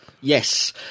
Yes